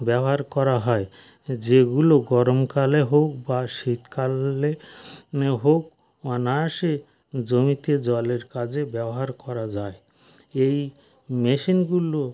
ব্যবহার করা হয় যেগুলো গরমকালে হোক বা শীতকালে হোক অনায়াসে জমিতে জলের কাজে ব্যবহার করা যায় এই মেশিনগুলো